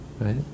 right